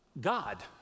God